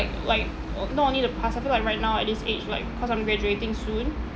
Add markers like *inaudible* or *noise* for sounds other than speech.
like *noise* not only the past I feel like right now at this age like cause I'm graduating soon